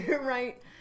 right